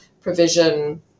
provision